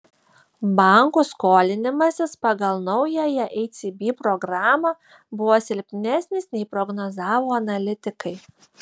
bankų skolinimasis pagal naująją ecb programą buvo silpnesnis nei prognozavo analitikai